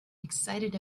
excited